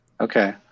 okay